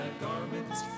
garments